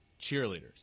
cheerleaders